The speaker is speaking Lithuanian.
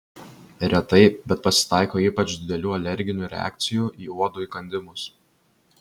retai bet pasitaiko ypač didelių alerginių reakcijų į uodų įkandimus